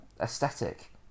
aesthetic